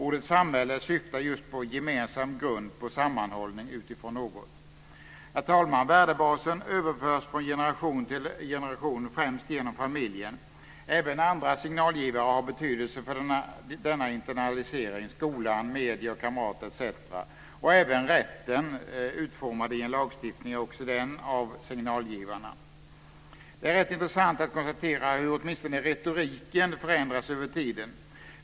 Ordet samhälle syftar just på gemensam grund, på sammanhållning utifrån något. Herr talman! Värdebasen överförs från generation till generation, främst genom familjen. Även andra signalgivare har betydelse för denna internalisering: skolan, medier, kamrater, etc. Även rätten, utformad i en lagstiftning, är en av signalgivarna. Det är rätt intressant att konstatera hur åtminstone retoriken förändras över tiden.